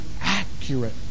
accurate